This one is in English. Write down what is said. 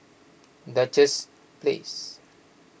Duchess Place